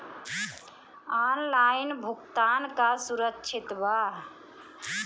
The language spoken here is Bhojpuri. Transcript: ऑनलाइन भुगतान का सुरक्षित बा?